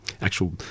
actual